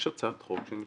יש הצעת חוק.